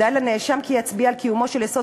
די לנאשם כי יצביע על קיומו של יסוד